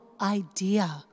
idea